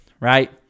right